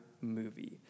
movie